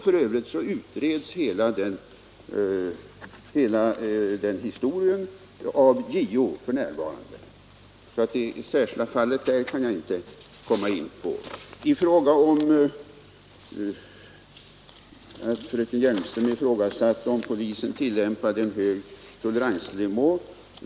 F. ö. utreds hela den historien av JO f.n., så det särskilda fallet kan jag inte gå in på. Fröken Hjelmström ifrågasatte om polisen tillämpade en hög toleransnivå.